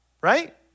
Right